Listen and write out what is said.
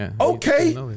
Okay